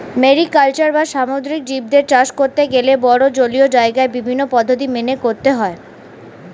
mariculture বা সামুদ্রিক জীবদের চাষ করতে গেলে বড়ো জলীয় জায়গায় বিভিন্ন পদ্ধতি মেনে করতে হয়